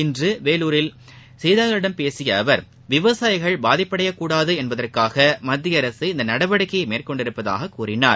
இன்று வேலூரில் செய்தியாளர்களிடம் பேசிய அவர் விவசாயிகள் பாதிப்படையக்கூடாது என்பதற்காக மத்தியஅரசு இந்த நடவடிக்கையை மேற்கொண்டுள்ளதாகவும் கூறினார்